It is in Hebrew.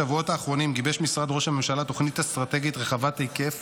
במהלך השבועות האחרונים גיבש משרד ראש הממשלה תוכנית אסטרטגית רחבת היקף